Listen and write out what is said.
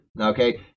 okay